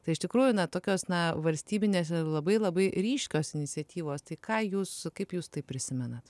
tai iš tikrųjų na tokios na valstybinėse labai labai ryškios iniciatyvos tai ką jūs kaip jūs tai prisimenat